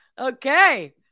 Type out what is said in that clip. Okay